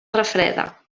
refreda